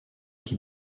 qui